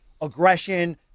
aggression